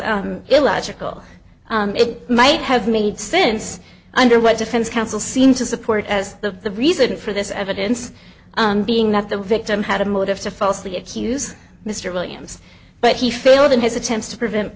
was illogical it might have made sense under what defense counsel seemed to support as the reason for this evidence being that the victim had a motive to falsely accuse mr williams but he failed in his attempts to prevent